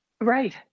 Right